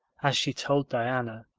as she told diana,